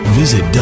visit